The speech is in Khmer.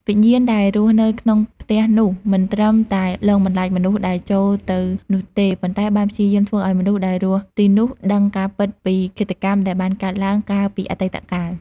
វិញ្ញាណដែលរស់នៅក្នុងផ្ទះនោះមិនត្រឹមតែលងបន្លាចមនុស្សដែលចូលទៅនោះទេ ប៉ុន្តែបានព្យាយាមធ្វើឲ្យមនុស្សដែលរស់ទីនោះដឹងការពិតពី ឃាតកម្មដែលបានកើតឡើងកាលពីអតីតកាល។